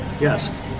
Yes